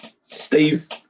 Steve